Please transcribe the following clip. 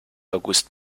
august